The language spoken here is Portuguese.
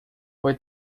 foi